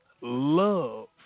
love